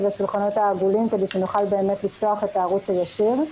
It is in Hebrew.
השולחנות העגולים כדי שנוכל באמת לפתוח את הערוץ הישיר.